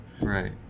right